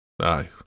aye